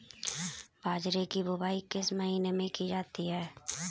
बाजरे की बुवाई किस महीने में की जाती है?